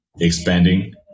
expanding